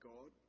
God